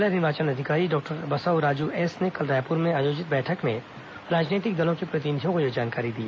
जिला निर्वाचन अधिकारी डॉक्टर बसवराजु एस ने कल रायपुर में आयोजित बैठक में राजनैतिक दलों के प्रतिनिधियों को यह जानकारी दी